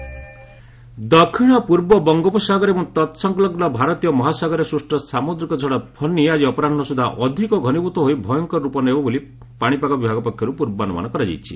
cyclone ଦକ୍ଷିଣ ପୂର୍ବ ବଙ୍ଗୋପସାଗର ଏବଂ ତତ୍ସଂଲଗୁ ଭାରତୀୟ ମହାସାଗରରେ ସୃଷ୍ଟ ସାମୁଦ୍ରିକ ଝଡ଼ 'ଫନୀ' ଆଜି ଅପରାହ୍ନ ସୁଦ୍ଧା ଅଧିକ ଘନୀଭୂତ ହୋଇ ଭୟଙ୍କର ରୂପ ନେବ ବୋଲି ପାରିପାଗ ବିଭାଗ ପକ୍ଷରୁ ପୂର୍ବାନୁମାନ କରାଯାଇଛି